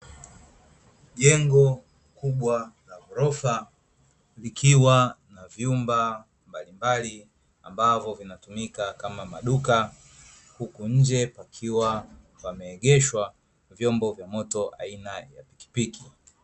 Jengo kubwa na ghorofa vikiwa na vyumba mbalimbali ambavyo vinatumika kama maduka, huku nje pakiwa pameegeshwa vyombo vya moto aina ya pikipiki.